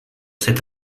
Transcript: cet